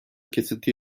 kesinti